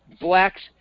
blacks